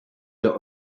der